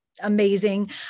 amazing